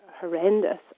horrendous